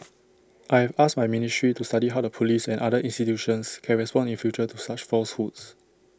I have asked my ministry to study how the Police and other institutions can respond in future to such falsehoods